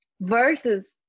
versus